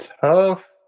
tough